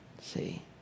see